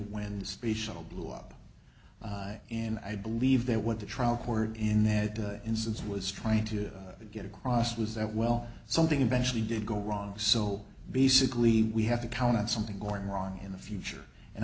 when the space shuttle blew up and i believe that what the trial court in that instance was trying to get across was that well something eventually did go wrong so basically we have to count on something going wrong in the future and